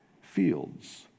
fields